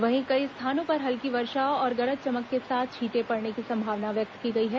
वहीं कई स्थानों पर हल्की वर्षा और गरज चमक के साथ छीटें पड़ने की संभावना व्यक्त की गई है